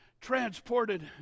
transported